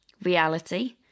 reality